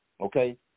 okay